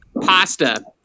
pasta